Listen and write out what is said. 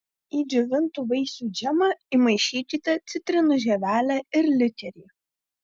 į džiovintų vaisių džemą įmaišykite citrinų žievelę ir likerį